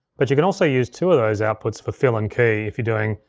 but you can also use two of those outputs for fill and key if you're doing,